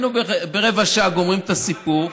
ברבע שעה היינו גומרים את הסיפור.